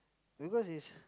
because it's